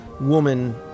woman